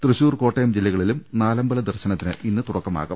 തൃശൂർ കോട്ടയം ജില്ലകളിലും നാല മ്പല ദർശനത്തിന് ഇന്ന് തുടക്കമാവും